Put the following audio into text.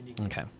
Okay